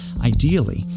ideally